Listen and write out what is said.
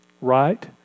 Right